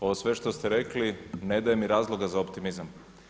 Ovo sve što ste rekli ne daje mi razloga za optimizam.